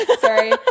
Sorry